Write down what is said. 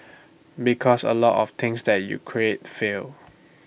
because A lot of things that you create fail